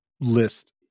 list